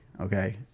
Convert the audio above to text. okay